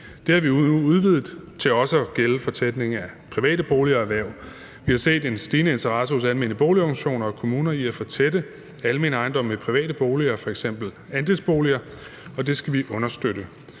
Det har vi nu udvidet til også at gælde fortætning af private boliger og erhverv. Vi har set en stigende interesse hos almene boligorganisationer og kommuner i at fortætte almene ejendomme med private boliger, f.eks. andelsboliger, og det skal vi understøtte.